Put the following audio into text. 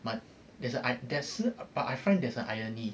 that's a that's~ but I find there's a irony